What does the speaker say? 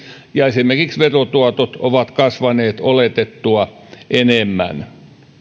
ja esimerkiksi verotuotot ovat kasvaneet oletettua enemmän